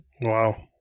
Wow